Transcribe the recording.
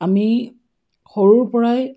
আমি সৰুৰ পৰাই